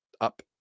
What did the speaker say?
up